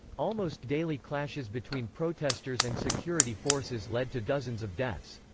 almost daily clashes between protesters and security forces led to dozens of deaths.